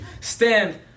Stand